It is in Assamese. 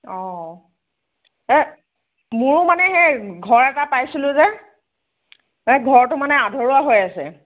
অঁ এই মোৰ মানে সেই ঘৰ এটা পাইছিলোঁ যে এই ঘৰটো মানে আধৰুৱা হৈ আছে